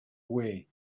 way